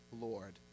Lord